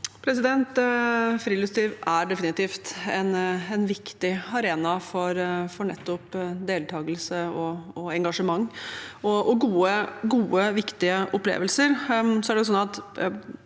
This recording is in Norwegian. Fri- luftsliv er definitivt en viktig arena for nettopp deltakelse, engasjement og gode, viktige opplevelser.